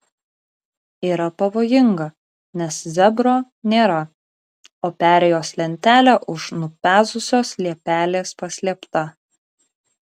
yra pavojinga nes zebro nėra o perėjos lentelė už nupezusios liepelės paslėpta